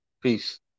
peace